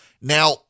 Now